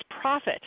profit